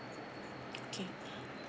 okay